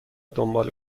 دنبال